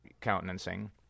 countenancing